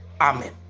Amen